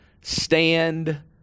stand